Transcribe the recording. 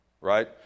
right